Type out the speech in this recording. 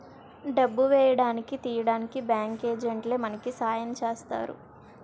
డబ్బు వేయడానికి తీయడానికి బ్యాంకు ఏజెంట్లే మనకి సాయం చేస్తారు